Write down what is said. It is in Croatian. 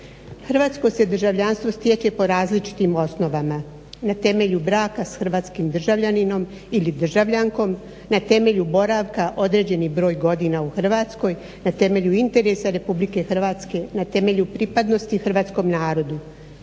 Hrvatsko se državljanstvo stječe po različitim osnovama, na temelju braka sa hrvatskim državljaninom ili državljankom, na temelju boravka određeni broj godina u Hrvatskoj, na temelju interesa Republike Hrvatske, na temelju pripadnosti Hrvatskom narodu.